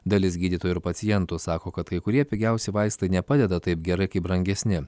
dalis gydytojų ir pacientų sako kad kai kurie pigiausi vaistai nepadeda taip gerai kaip brangesni